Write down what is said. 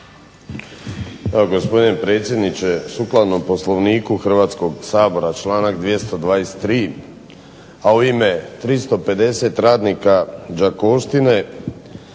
Gospodine predsjedniče, sukladno Poslovniku Hrvatskog sabora članak 223., a u ime 350 radnika Đakovštine,